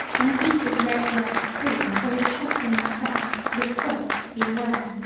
in a heated red left tree there is shut in specs with salt be where.